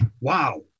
wow